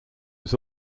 was